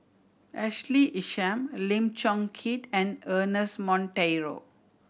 Ashley Isham Lim Chong Keat and Ernest Monteiro